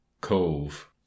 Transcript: cove